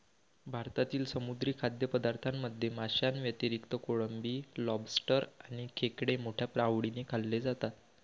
भारतातील समुद्री खाद्यपदार्थांमध्ये माशांव्यतिरिक्त कोळंबी, लॉबस्टर आणि खेकडे मोठ्या आवडीने खाल्ले जातात